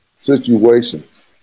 situations